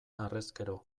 harrezkero